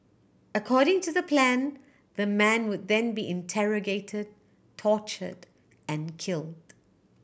according to the plan the man would then be interrogated tortured and killed